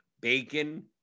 Bacon